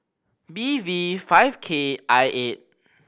B V five K I eight